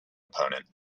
opponent